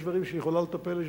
יש דברים שהיא יכולה לטפל בהם,